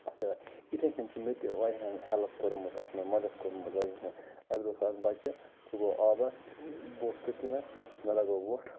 تہٕ یِتھے کٔنۍ چھِ میٚتہِ واریاہَن ہیٚلٕپ کوٚرمُت اتھ مَنٛز مَدَد کوٚرمُت اَکہِ دۄہ اوس اکھ بَچہِ سُہ گوٚو آبَس بہٕ اوسُس تٔتِنس مےٚ لَگٲو وۄٹھ